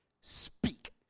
speak